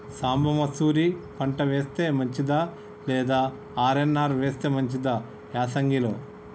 సాంబ మషూరి పంట వేస్తే మంచిదా లేదా ఆర్.ఎన్.ఆర్ వేస్తే మంచిదా యాసంగి లో?